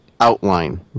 outline